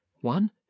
one